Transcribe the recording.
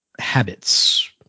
Habits